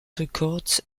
records